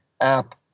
app